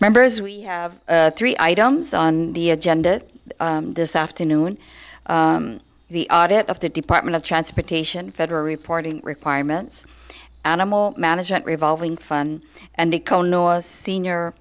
members we have three items on the agenda this afternoon the audit of the department of transportation federal reporting requirements animal management revolving fun and eco noise senior